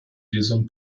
diesem